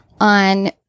on